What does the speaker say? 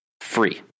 Free